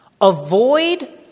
avoid